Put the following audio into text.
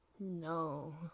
No